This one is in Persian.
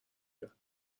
میاد